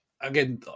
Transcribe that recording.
again